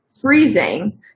freezing